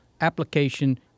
application